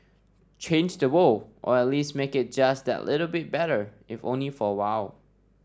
change the world or at least make it just that little bit better if only for a while